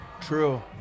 True